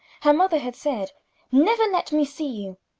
her mother had said never let me see you.